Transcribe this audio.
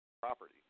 Property